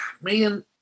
man